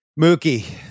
Mookie